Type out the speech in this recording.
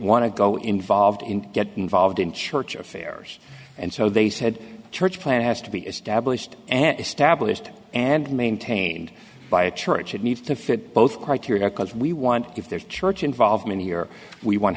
want to go involved in get involved in church affairs and so they said church plan has to be established and established and maintained by a church it needs to fit both criteria because we want if there's church involvement here we w